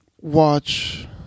watch